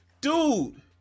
dude